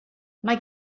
mae